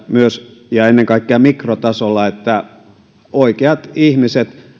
myös ja ennen kaikkea mikrotasolla jotta oikeat ihmiset